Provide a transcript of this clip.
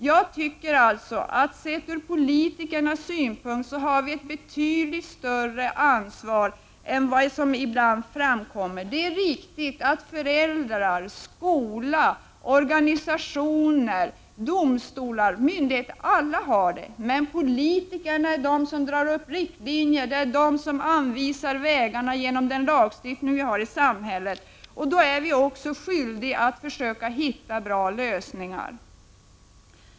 Jag tycker att sett ur politikernas synvinkel har vi ett betydligt större ansvar än vad som ibland framkommer. Det är riktigt att föräldrar, skola, organisationer, domstolar och myndigheter har detta ansvar, men politikerna är de som drar upp riktlinjer och som anvisar vägarna genom den lagstiftning vi har i samhället. Då är också politikerna skyldiga att försöka hitta bra lösningar.